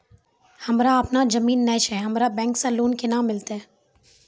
हमरा आपनौ जमीन नैय छै हमरा बैंक से लोन केना मिलतै?